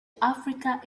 africa